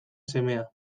semea